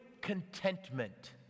contentment